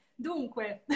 Dunque